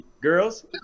Girls